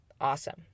awesome